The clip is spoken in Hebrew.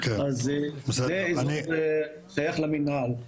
אז זה אזור ששייך למנהל.